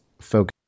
focus